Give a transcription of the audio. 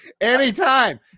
anytime